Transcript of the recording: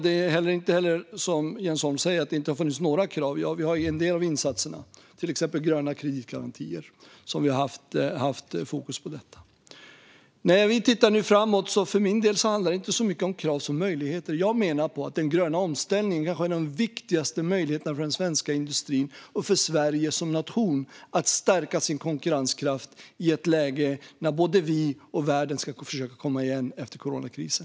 Det är inte så att det inte har funnits några krav, som Jens Holm säger. En del av insatserna, till exempel gröna kreditgarantier, har haft fokus på detta. När vi nu tittar framåt handlar det för min del inte så mycket om krav som om möjligheter. Jag menar att den gröna omställningen är en av de viktigaste möjligheterna för den svenska industrin och för Sverige som nation att stärka sin konkurrenskraft i ett läge där både vi och världen ska försöka komma igen efter coronakrisen.